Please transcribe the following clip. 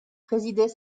présidait